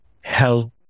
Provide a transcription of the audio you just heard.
hell